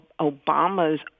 Obama's